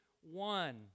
one